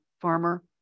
farmer